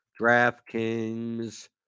DraftKings